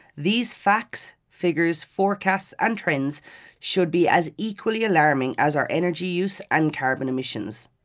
these facts, figures, forecasts and trends should be as equally alarming as our energy use and carbon emissions.